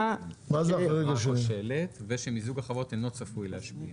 -- רק חברה כושלת ושמיזוג החברות אינו צפוי להשפיע.